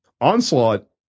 Onslaught